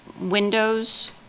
windows